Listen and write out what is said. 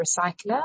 recycler